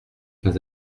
pas